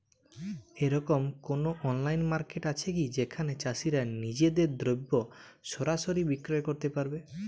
এরকম কোনো online market আছে কি যেখানে চাষীরা নিজেদের দ্রব্য সরাসরি বিক্রয় করতে পারবে?